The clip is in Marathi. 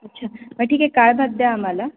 अच्छा मग ठीक आहे काळभात द्या आम्हाला